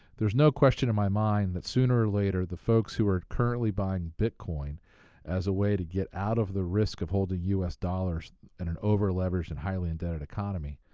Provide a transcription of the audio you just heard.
there's no question in my mind that sooner or later, the folks who are currently buying bit coin as a way to get out of the risk of holding u s. dollars in an over-leveraged and highly indebted economy,